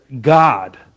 God